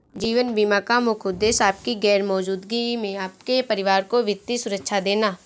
जीवन बीमा का मुख्य उद्देश्य आपकी गैर मौजूदगी में आपके परिवार को वित्तीय सुरक्षा देना